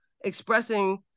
expressing